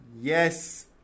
Yes